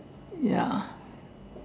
ya